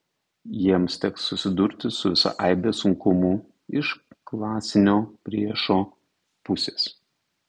jiems teks susidurti su visa aibe sunkumų iš klasinio priešo pusės